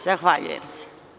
Zahvaljujem se.